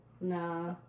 Nah